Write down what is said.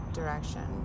direction